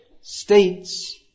states